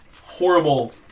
horrible